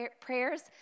prayers